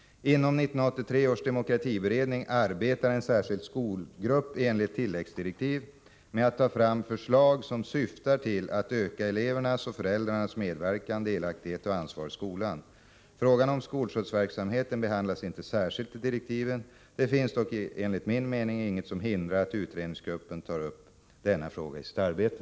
Inom 1983 års demokratiberedning arbetar en särskild skolgrupp enligt tilläggsdirektiv med att ta fram förslag som syftar till att öka elevernas och föräldrarnas medverkan, delaktighet och ansvar i skolan. Frågan om skolskjutsverksamheten behandlas inte särskilt i direktiven. Det finns dock enligt min mening inget som hindrar att utredningsgruppen tar upp denna fråga i sitt arbete.